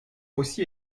aussi